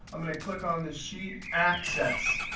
i'm going to click on the sheet access.